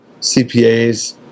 CPAs